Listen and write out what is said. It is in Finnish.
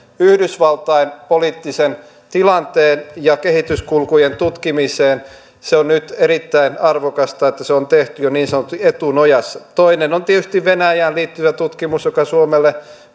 yhdysvaltain poliittisen tilanteen ja kehityskulkujen tutkimiseen on erittäin arvokasta että se on tehty jo niin sanotusti etunojassa toinen on tietysti venäjään liittyvä tutkimus joka suomelle